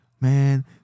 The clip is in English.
man